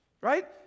Right